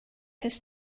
his